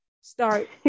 start